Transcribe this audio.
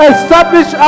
Establish